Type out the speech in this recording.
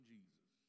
Jesus